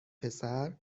پسر